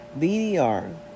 BDR